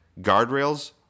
guardrails